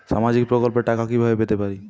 সামাজিক প্রকল্পের টাকা কিভাবে পেতে পারি?